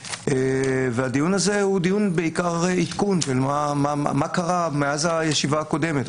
והדיון הזה הוא ביקר דיון עדכון של מה קרה מאז הישיבה הקודמת.